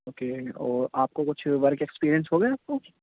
okay آپ کو کچھ ورک ایکسپیرئینس ہوگا آپ کو